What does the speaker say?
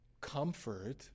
comfort